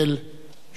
שהוא ראש הסיעה